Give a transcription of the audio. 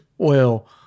oil